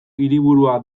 hiriburua